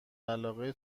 علاقه